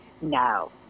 No